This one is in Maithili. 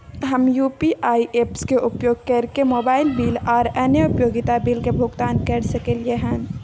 हम यू.पी.आई ऐप्स के उपयोग कैरके मोबाइल बिल आर अन्य उपयोगिता बिल के भुगतान कैर सकलिये हन